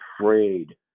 afraid